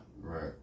Right